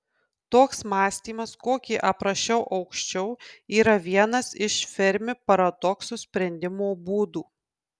toks mąstymas kokį aprašiau aukščiau yra vienas iš fermi paradokso sprendimo būdų